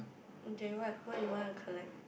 okay what what you want to collect